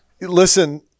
listen